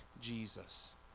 Jesus